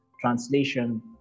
translation